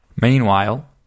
Meanwhile